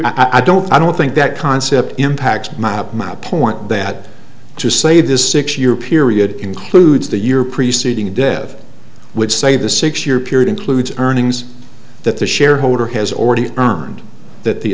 i don't i don't think that concept impacts my point that to say this six year period includes the year preceding the death would save the six year period includes earnings that the shareholder has already earned that the